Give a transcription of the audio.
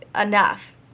enough